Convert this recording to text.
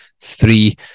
Three